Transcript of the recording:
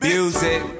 Music